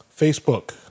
Facebook